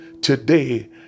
today